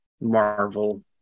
Marvel